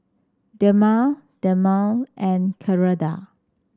Dermale Dermale and Keradan